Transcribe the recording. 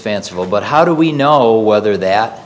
fanciful but how do we know whether that